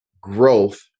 growth